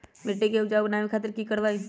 मिट्टी के उपजाऊ बनावे खातिर की करवाई?